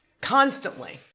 constantly